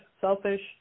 selfish